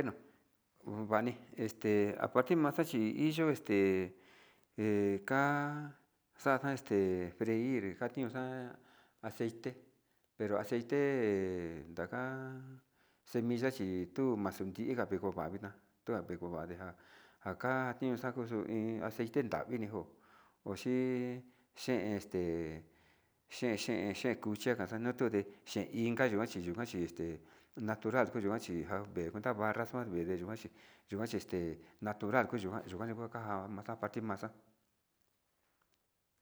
Bueno unvani este apartir maxa chi yo este he ka'a xanda este freir kation xa'a, texte pero aceite, te ndakan semilla chi tuu maxi iha kendu kavi na'a tupe kovadi nja njaka kitu xatu kuu hi aceite tavi dijo, ochi chin este chichen kuxhia xana'a kutute te iin kaxhinda xhi yuu kuanchi este natural chijajn kuenta barra xuan vende yuan chi yuan chi natural kuyua kuyua njaka njataxi maxa'a.